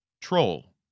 troll